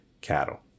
cattle